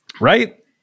Right